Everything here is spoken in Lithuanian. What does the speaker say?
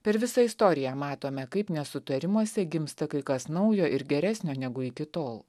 per visą istoriją matome kaip nesutarimuose gimsta kai kas naujo ir geresnio negu iki tol